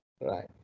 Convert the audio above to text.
right